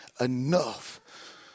enough